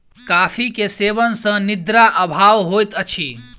coffee के सेवन सॅ निद्रा अभाव होइत अछि